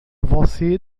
você